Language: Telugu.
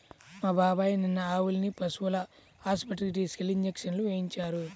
మా బాబాయ్ నిన్న ఆవుల్ని పశువుల ఆస్పత్రికి తీసుకెళ్ళి ఇంజక్షన్లు వేయించారు